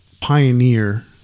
pioneer